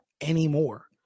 anymore